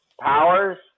powers